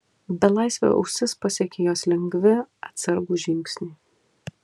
belaisvio ausis pasiekė jos lengvi atsargūs žingsniai